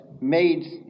made